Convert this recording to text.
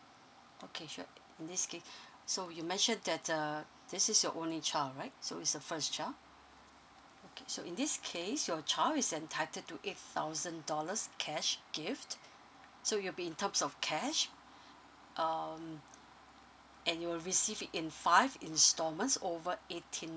okay sure in this case so you mentioned that uh this is your only child right so it's the first child okay so in this case your child is entitled to eight thousand dollars cash gift so it will be in terms of cash um and you will receive it in five instalments over eighteen